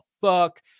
fuck